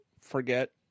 forget